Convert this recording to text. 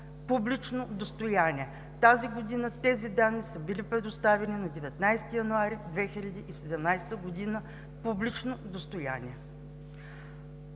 публично достояние. Тази година тези данни са били предоставени на 19 януари 2017 г. и са публично достояние.